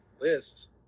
list